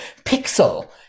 pixel